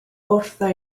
wrtha